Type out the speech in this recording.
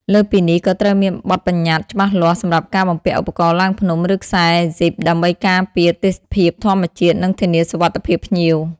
លើសពីនោះ ក៏ត្រូវមានបទប្បញ្ញត្តិច្បាស់លាស់សម្រាប់ការបំពាក់ឧបករណ៍ឡើងភ្នំ ឬខ្សែហ្ស៊ីបដើម្បីការពារទេសភាពធម្មជាតិនិងធានាសុវត្ថិភាពភ្ញៀវ។